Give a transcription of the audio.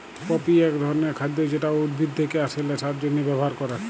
poppy এক ধরণের খাদ্য যেটা উদ্ভিদ থেকে আসে নেশার জন্হে ব্যবহার ক্যরে